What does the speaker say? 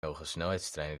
hogesnelheidstrein